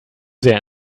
sehr